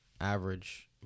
Average